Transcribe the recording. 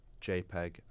JPEG